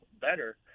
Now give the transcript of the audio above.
better